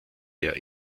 der